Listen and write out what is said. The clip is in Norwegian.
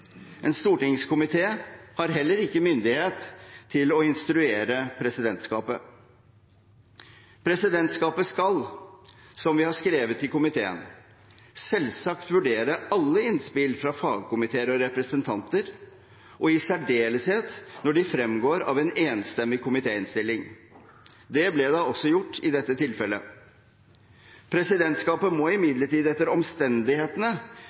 en stortingskomité har heller ikke myndighet til å instruere presidentskapet. Presidentskapet skal, som vi har skrevet til komiteen, selvsagt vurdere alle innspill fra fagkomiteer og representanter, og i særdeleshet når de fremgår av en enstemmig komitéinnstilling. Det ble da også gjort i dette tilfellet. Presidentskapet må imidlertid etter omstendighetene